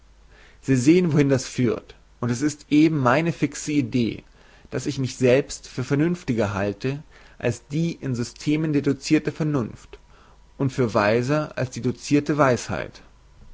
sie sehen wohin das führt und es ist eben meine fixe idee daß ich mich selbst für vernünftiger halte als die in systemen deducirte vernunft und für weiser als die docirte weisheit